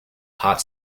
hot